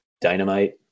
dynamite